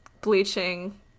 bleaching